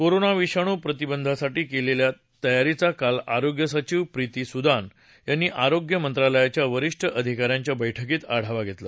corona विषाणू प्रतिबंधासाठी केलेल्या तयारीचा काल आरोग्य सचिव प्रीती सुदान यांनी आरोग्य मंत्रालयाच्या वरिष्ठ अधिकाऱ्यांच्या बैठकीत आढावा घेतला